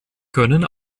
können